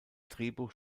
drehbuch